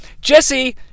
Jesse